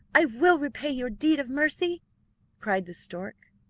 i will repay your deed of mercy cried the stork.